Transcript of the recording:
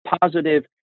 positive